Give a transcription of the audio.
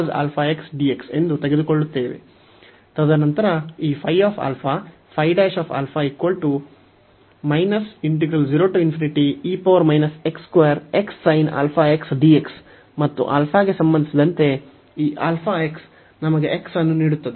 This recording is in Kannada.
ನಾವು ಇದನ್ನು ಎಂದು ತೆಗೆದುಕೊಳ್ಳುತ್ತೇವೆ ತದನಂತರ ಈ ಮತ್ತು α ಗೆ ಸಂಬಂಧಿಸಿದಂತೆ ಈ αx ನಮಗೆ x ಅನ್ನು ನೀಡುತ್ತದೆ